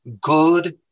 Good